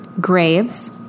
Graves